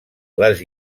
les